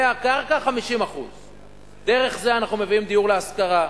והקרקע, 50%. דרך זה אנחנו מביאים דיור להשכרה,